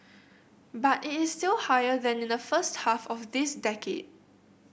but it is still higher than in the first half of this decade